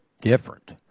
different